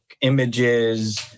images